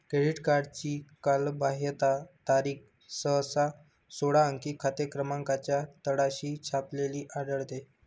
credit कार्डची कालबाह्यता तारीख सहसा सोळा अंकी खाते क्रमांकाच्या तळाशी छापलेली आढळते